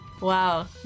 Wow